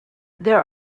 there